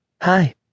Hi